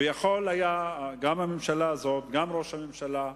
ויכולים היו, גם הממשלה הזאת, גם ראש הממשלה,